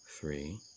three